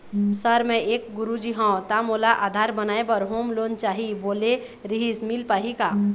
Sir मे एक गुरुजी हंव ता मोला आधार बनाए बर होम लोन चाही बोले रीहिस मील पाही का?